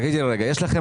תגידי רגע, יש לכם